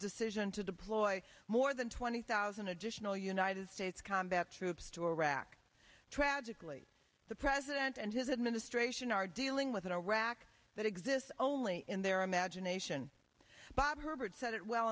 decision to deploy more than twenty thousand additional united states combat troops to iraq tragically the president and his administration are dealing with an iraq that exists only in their imagination